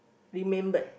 remembered